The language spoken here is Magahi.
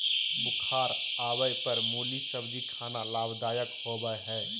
बुखार आवय पर मुली सब्जी खाना लाभदायक होबय हइ